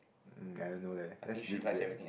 um I don't know leh that's a bit weird